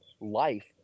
life